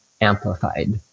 amplified